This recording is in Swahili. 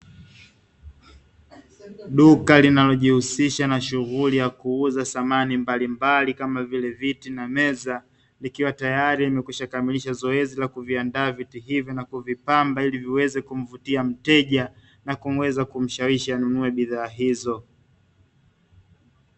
Duka linalojihusisha na shughuli ya kuuza samani mbalimbali kama vile viti na meza, likiwa tayari limekwisha kamilisha zoezi la kuviandaa viti hivyo na kuvipamba ili viweze kumvutia mteja, na kuweza kumshawishi anunue bidhaa hizo.